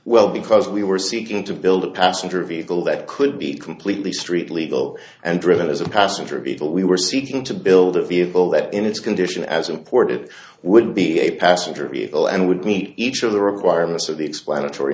well because we were seeking to build a passenger vehicle that could be completely street legal and driven as a passenger vehicle we were seeking to build a vehicle that in its condition as imported would be a passenger vehicle and would meet each of the requirements of the explanatory